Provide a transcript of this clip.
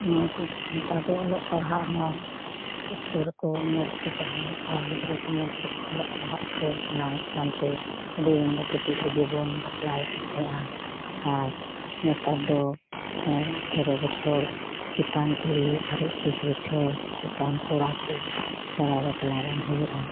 ᱱᱚᱶᱟ ᱠᱚ ᱱᱮᱛᱟᱨ ᱫᱚ ᱚᱞᱚᱜ ᱯᱟᱲᱦᱟᱜ ᱦᱚᱸ ᱤᱥᱠᱩᱞ ᱨᱮ ᱠᱚ ᱢᱚᱸᱡᱽ ᱜᱮ ᱠᱚ ᱯᱟᱲᱦᱟᱣ ᱮᱫ ᱠᱚᱣᱟ ᱜᱤᱫᱽᱨᱟᱹ ᱠᱚ ᱢᱚᱸᱡᱽ ᱜᱮᱠᱚ ᱚᱞᱚᱜ ᱯᱟᱲᱦᱟᱜ ᱠᱚ ᱥᱮᱲᱟᱭᱮᱫ ᱠᱟᱱᱛᱮ ᱟᱹᱰᱤ ᱫᱤᱱ ᱫᱚ ᱠᱟᱹᱴᱤᱡ ᱨᱮᱜᱮ ᱵᱚᱱ ᱵᱟᱯᱞᱟᱭᱮᱫ ᱠᱚ ᱛᱟᱸᱦᱮᱫᱼᱟ ᱟᱨ ᱱᱮᱛᱟᱨ ᱫᱚ ᱱᱚᱜ ᱚᱭ ᱟᱴᱷᱮᱨᱳ ᱵᱚᱪᱷᱚᱨ ᱪᱮᱛᱟᱱ ᱠᱩᱲᱤ ᱟᱨᱮ ᱤᱠᱩᱥ ᱵᱚᱪᱷᱚᱨ ᱪᱮᱛᱟᱱ ᱠᱚᱲᱟ ᱠᱚ ᱪᱷᱟᱲᱟ ᱵᱟᱯᱞᱟ ᱵᱟᱝ ᱦᱩᱭᱩᱜᱼᱟ